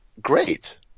great